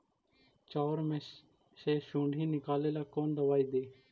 चाउर में से सुंडी निकले ला कौन दवाई दी?